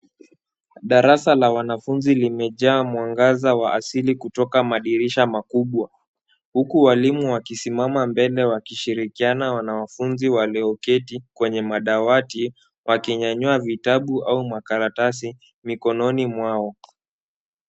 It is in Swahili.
Darasa la wanafunzi limejaa mwangaza wa asili kutoka madirisha makubwa. Huku walimu wakisimama mbele wakishirikiana na wanafunzi walioketi kwenye madawati wakinyanyua vitabu au karatasi mikononi mwao.